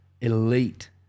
elite